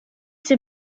ses